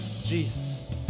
Jesus